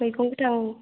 मैगं गोथां